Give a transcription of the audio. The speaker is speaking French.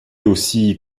aussi